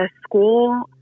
school